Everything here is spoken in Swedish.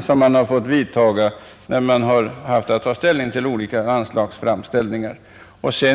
som man har fått göra när man har tagit ställning till olika framställningar om anslag.